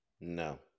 No